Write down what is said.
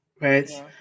right